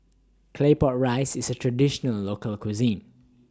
Claypot Rice IS A Traditional Local Cuisine